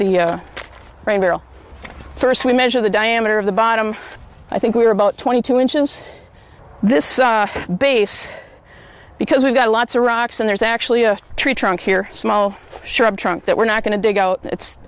barrel first we measure the diameter of the bottom i think we're about twenty two inches this base because we've got a lot to roxanne there's actually a tree trunk here small shrub trunk that we're not going to dig out it's